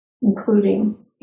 including